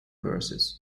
verses